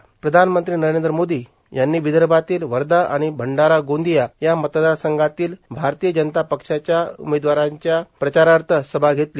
पंतप्रधान नरेंद्र मोदी यांनी विदर्भातील वर्धा आणि भंडारा गोंदिया या मतदारसंघातील भारतीय जनता पक्षाच्या उमेदवारांच्या प्रचारार्थ सभा घेतली